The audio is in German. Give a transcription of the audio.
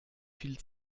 viel